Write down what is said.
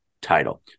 title